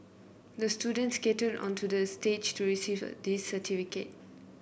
the student skated onto the stage to receive this certificate